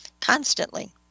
constantly